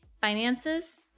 finances